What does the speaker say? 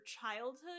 childhood